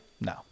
No